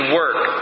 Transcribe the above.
work